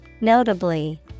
Notably